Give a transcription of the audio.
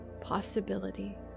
possibility